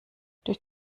durch